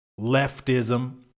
leftism